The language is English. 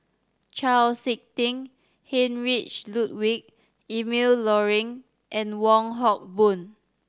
Chau Sik Ting Heinrich Ludwig Emil Luering and Wong Hock Boon